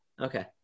okay